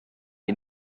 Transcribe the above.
you